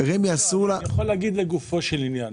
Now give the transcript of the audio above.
אני יכול להגיד לגופו של עניין.